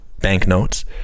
banknotes